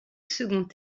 second